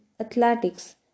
athletics